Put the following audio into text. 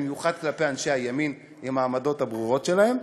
במיוחד כלפי אנשי הימין עם העמדות הברורות שלהם.